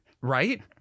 Right